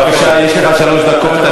בבקשה, יש לך שלוש דקות.